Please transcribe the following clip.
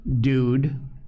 dude